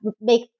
make